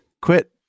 Quit